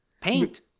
Paint